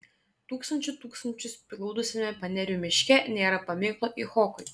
tūkstančių tūkstančius priglaudusiame panerių miške nėra paminklo icchokui